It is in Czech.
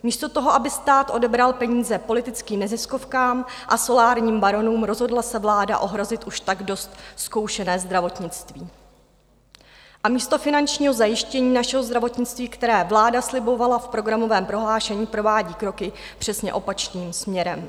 Místo toho, aby stát odebral peníze politickým neziskovkám a solárním baronům, rozhodla se vláda ohrozit už tak dost zkoušené zdravotnictví a místo finančního zajištění našeho zdravotnictví, které vláda slibovala v programovém prohlášení, provádí kroky přesně opačným směrem.